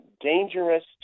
dangerous